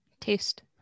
taste